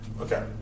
Okay